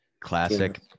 Classic